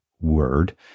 word